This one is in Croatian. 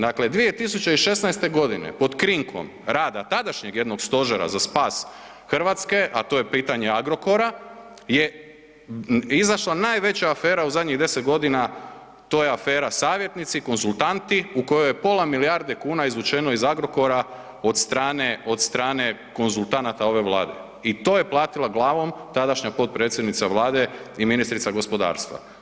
Dakle, 2016. g. pod krinkom rada tadašnjeg jednog stožera za spas Hrvatske, a to je pitanje Agrokora je izašla najveća afera u zadnjih 10 godina, to je afera Savjetnici, Konzultanti u kojoj je pola milijarde kuna izvučeno iz Agrokora od strane konzultanata ove Vlade i to je platila glavom tadašnja potpredsjednica Vlade i ministrica gospodarstva.